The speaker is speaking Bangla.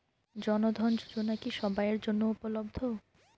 জন ধন যোজনা কি সবায়ের জন্য উপলব্ধ?